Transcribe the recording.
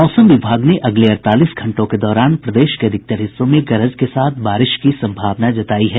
मौसम विभाग ने अगले अड़तालीस घंटों के दौरान प्रदेश के अधिकतर हिस्सों में गरज के साथ बारिश की संभावना जतायी है